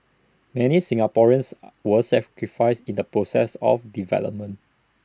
many Singaporeans were sacrificed in the process of development